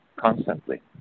constantly